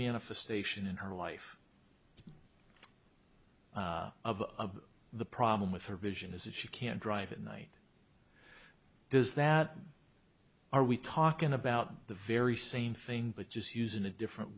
manifestation in her life of the problem with her vision is that she can't drive at night there's that are we talking about the very same thing but just using a different